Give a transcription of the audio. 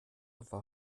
war